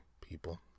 people